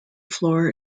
floor